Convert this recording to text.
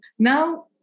Now